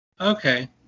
Okay